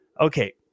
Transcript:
Okay